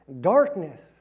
Darkness